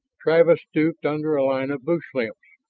travis stooped under a line of bush limbs.